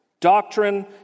doctrine